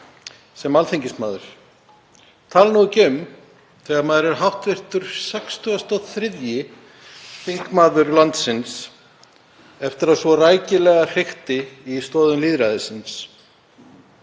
sem alþingismaður, ég tala nú ekki um þegar maður er hv. 63. þingmaður landsins eftir að svo rækilega hrikti í stoðum lýðræðisins.